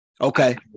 Okay